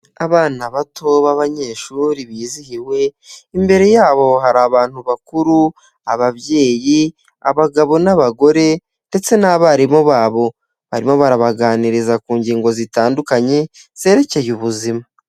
Abana bato b'abanyeshuri bizihiwe, imbere yabo hari abantu bakuru ababyeyi, abagabo n'abagore ndetse n'abarimu babo, barimo barabaganiriza ku ngingo zitandukanye zerekeye ubuzima.